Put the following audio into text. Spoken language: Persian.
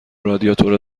رادیاتور